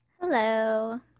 Hello